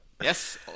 Yes